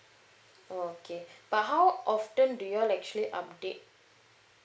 oh okay but how often do you all actually update